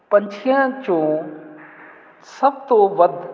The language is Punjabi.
ਪੰਛੀਆਂ 'ਚੋਂ ਸਭ ਤੋਂ ਵੱਧ